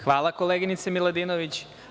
Hvala, koleginice Miladinović.